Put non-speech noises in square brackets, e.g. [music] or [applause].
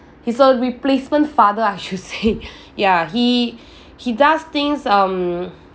he's a replacement father I should say [breath] ya he he does things um